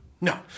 No